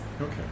okay